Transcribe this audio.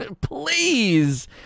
Please